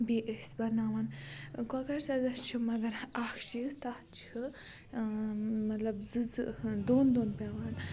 بیٚیہِ ٲسۍ بَناوان کۄکَر سَزَس چھُ مگر اَکھ چیٖز تَتھ چھِ مطلب زٕ زٕ دۄن دۄن پٮ۪وان